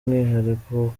umwihariko